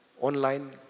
Online